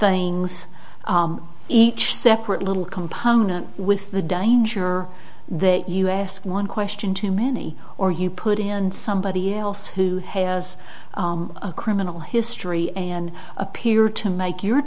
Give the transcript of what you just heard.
things each separate little component with the danger that us one question too many or you put in somebody else who has a criminal history and appeared to make your